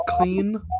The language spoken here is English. clean